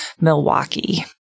Milwaukee